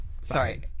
Sorry